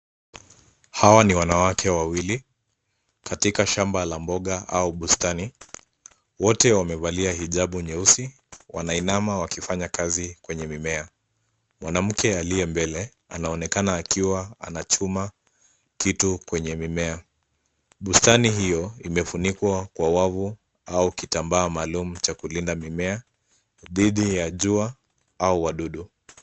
Hawa ni wanawake wawili katika shamba la mboga au bustani. Wote wamevalia hijabu nyeusi, wanainama wakifanya kazi kwenye mimea. Mwanamke aliye mbele anaonekana akiwa anachuma kitu kwenye mimea. Bustani hiyo imefunikwa kwa wavu au kitambaa maalum cha kulinda mimea dhidi ya jua au wadudu.